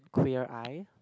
Queer Eye